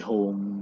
Home